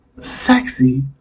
sexy